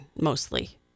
mostly